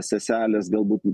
seselės galbūt